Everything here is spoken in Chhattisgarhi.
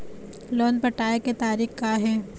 लोन पटाए के तारीख़ का हे?